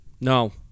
no